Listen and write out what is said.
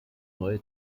neue